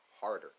harder